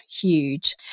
huge